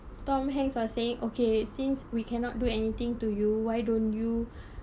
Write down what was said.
tom hanks are saying okay since we cannot do anything to you why don't you